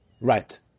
Right